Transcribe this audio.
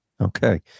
okay